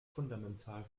fundamental